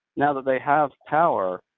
now that they have power,